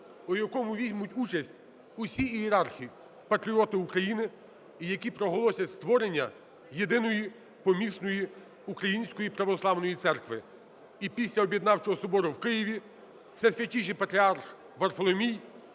в якому візьмуть участь усі ієрархи – патріоти України, які проголосять створення єдиної помісної української православної церкви. І після об'єднавчого собору в Києві Всесвятійший Патріарх Варфоломій